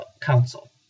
Council